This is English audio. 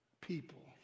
people